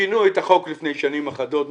שינו את החוק לפני שנים אחדות.